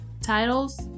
titles